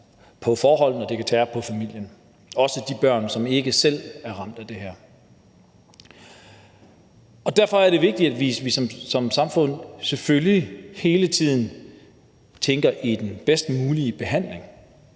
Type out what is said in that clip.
på forholdet, det kan tære på familien, også på de børn, som ikke selv er ramt af det her. Derfor er det vigtigt, at vi som samfund selvfølgelig hele tiden tænker i den bedst mulige behandling.